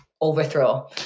overthrow